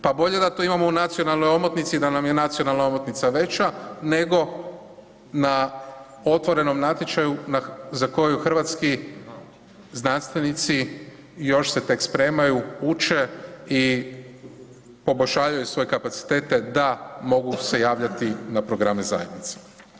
Pa bolje da to imamo u nacionalnoj omotnici i da nam je nacionalna omotnica veća nego na otvorenom natječaju za koju hrvatski znanstvenici još se tek spremaju, uče i poboljšavaju svoje kapacitete da mogu se javljati na programe zajednice.